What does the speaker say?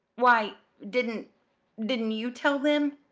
why! didn't didn't you tell them?